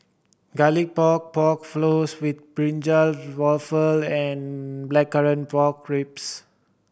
Garlic Pork Pork Floss with brinjal waffle and Blackcurrant Pork Ribs